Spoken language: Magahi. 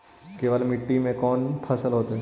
केवल मिट्टी में कौन से फसल होतै?